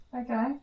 Okay